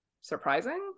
surprising